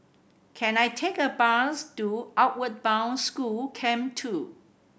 can I take a bus to Outward Bound School Camp Two